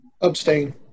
Abstain